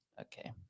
Okay